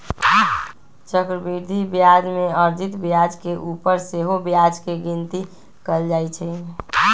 चक्रवृद्धि ब्याज में अर्जित ब्याज के ऊपर सेहो ब्याज के गिनति कएल जाइ छइ